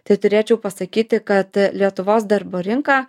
tai turėčiau pasakyti kad lietuvos darbo rinka